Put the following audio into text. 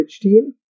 team